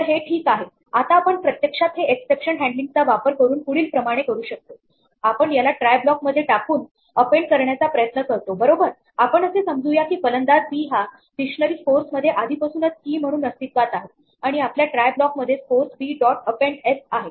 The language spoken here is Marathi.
तर हे ठीक आहे आता आपण प्रत्यक्षात हे एक्सेप्शन हॅन्डलींग चा वापर करून पुढील प्रमाणे करू शकतो आपण याला ट्राय ब्लॉक मध्ये टाकून अपेंड करण्याचा प्रयत्न करतो बरोबर आपण असे समजू या की फलंदाज बी हा या डिक्शनरी स्कॉर्स मध्ये आधीपासूनच कि म्हणून अस्तित्वात आहे आणि आपल्या ट्राय ब्लॉक मध्ये स्कॉर्स बी डॉट अपेंड एसआहे